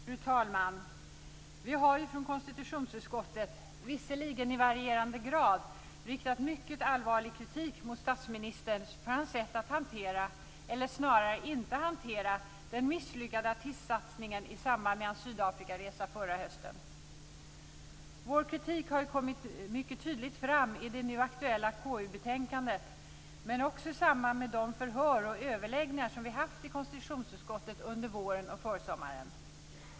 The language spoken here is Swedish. Fru talman! Vi har från konstitutionsutskottet, visserligen i varierande grad, riktat mycket allvarlig kritik mot statsministern för hans sätt att hantera, eller snarare inte hantera, den misslyckade artistsatsningen i samband med hans Sydafrikaresa förra hösten. Vår kritik har mycket tydligt kommit fram i det nu aktuella KU-betänkandet, men också i samband med de förhör och överläggningar som vi haft i konstitutionsutskottet under våren och försommaren.